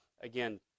Again